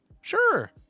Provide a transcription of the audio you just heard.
Sure